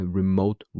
remote